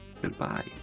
Goodbye